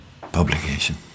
publication